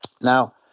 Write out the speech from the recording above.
Now